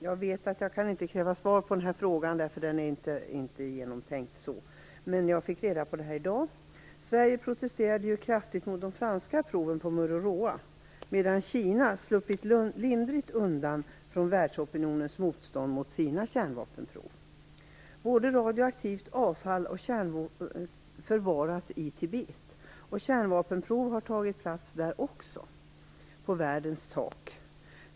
Jag vet att jag inte kan kräva något svar på frågan, men jag fick reda på detta i dag. Sverige protesterade ju kraftig mot de franska proven på Mururoa medan Kina sluppit lindrigt undan från världsopinionens motstånd mot kärnvapenproven där. Både radioaktivt avfall och kärnvapen förvaras i Tibet. Också kärnvapenprov har förekommit där, på världens tak.